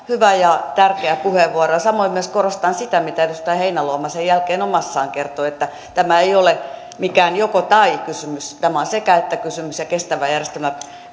hyvä ja tärkeä puheenvuoro ja samoin myös korostan sitä mitä edustaja heinäluoma sen jälkeen omassaan kertoi että tämä ei ole mikään joko tai kysymys tämä on sekä että kysymys ja kestävä järjestelmä